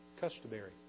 customary